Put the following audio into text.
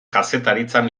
kazetaritzan